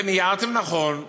אתם הערתם נכון.